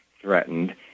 threatened